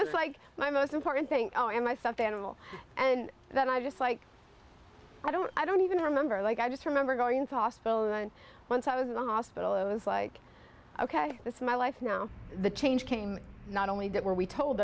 was like my most important thing oh my stuffed animal and then i just like i don't i don't even remember like i just remember going into hospital and once i was in the hospital it was like ok this is my life now the change came not only that where we told